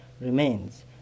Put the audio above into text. remains